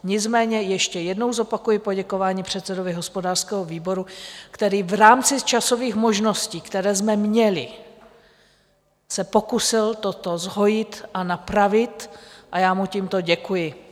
Nicméně ještě jednou zopakuji poděkování předsedovi hospodářského výboru, který v rámci časových možností, které jsme měli, se pokusil toto zhojit a napravit a já mu tímto děkuji.